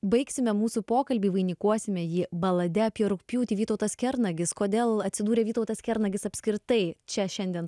baigsime mūsų pokalbį vainikuosime jį balade apie rugpjūtį vytautas kernagis kodėl atsidūrė vytautas kernagis apskritai čia šiandien